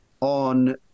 on